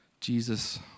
Jesus